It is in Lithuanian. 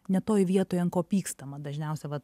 ne toj vietoj ant ko pykstama dažniausia va